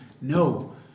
No